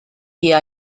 día